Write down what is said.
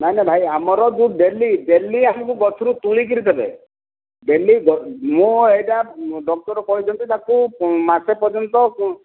ନାଇଁ ନାଇଁ ଭାଇ ଆମର ଯେଉଁ ଡେଲି ଡେଲି ଆମକୁ ଗଛୁରୁ ତୋଳିକରି ଦେବେ ଡେଲି ମୁଁ ଏଇଟା ଡ଼କ୍ଟର କହିଛନ୍ତି ତାଙ୍କୁ ମାସେ ପର୍ଯ୍ୟନ୍ତ କୁ